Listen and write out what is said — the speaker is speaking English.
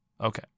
Okay